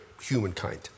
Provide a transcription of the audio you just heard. humankind